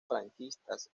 franquistas